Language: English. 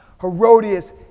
Herodias